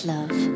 Love